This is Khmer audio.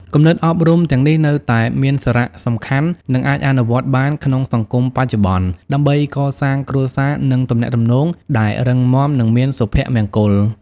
គំនិតអប់រំទាំងនេះនៅតែមានសារៈសំខាន់ និងអាចអនុវត្តបានក្នុងសង្គមបច្ចុប្បន្ន ដើម្បីកសាងគ្រួសារ និងទំនាក់ទំនងដែលរឹងមាំ និងមានសុភមង្គល។